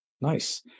Nice